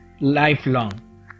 lifelong